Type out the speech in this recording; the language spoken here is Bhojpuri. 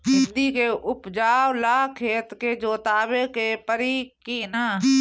भिंदी के उपजाव ला खेत के जोतावे के परी कि ना?